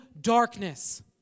darkness